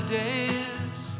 days